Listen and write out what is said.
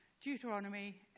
Deuteronomy